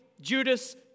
Judas